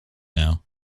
now